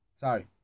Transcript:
sorry